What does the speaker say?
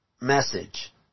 message